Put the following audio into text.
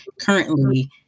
currently